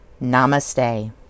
Namaste